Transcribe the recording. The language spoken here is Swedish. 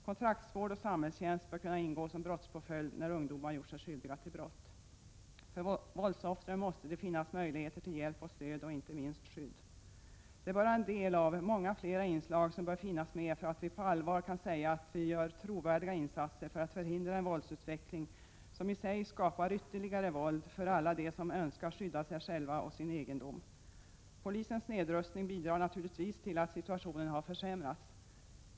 Kontraktsvård och samhällstjänst bör kunna ingå som brottspåföljd när ungdomar gjort sig skyldiga till brott. För våldsoffren måste det finnas möjligheter till hjälp och stöd och inte minst skydd. Detta är bara en del av många fler inslag som bör finnas med för att vi på allvar skall kunna säga att vi gör trovärdiga insatser för att förhindra en våldsutveckling som i sig skapar ytterligare våld för alla dem som önskar skydda sig själva och sin egendom. Polisens nedrustning bidrar naturligtvis till att situationen har försämrats.